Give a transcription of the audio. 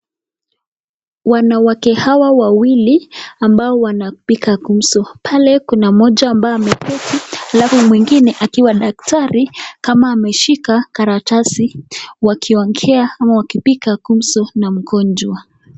Wanawake hawa wawili, ambao wanapiga gumzo. Pale kuna mmoja ambaye ameketi, alafu mwingine akiwa daktari kama ameshika karatasi, wakiongea ama wakipiga gumzo na mgonjwa.